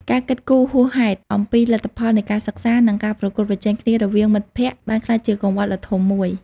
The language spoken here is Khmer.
ការគិតគូរហួសហេតុអំពីលទ្ធផលនៃការសិក្សា និងការប្រកួតប្រជែងគ្នារវាងមិត្តភ័ក្តិបានក្លាយជាកង្វល់ដ៏ធំមួយ។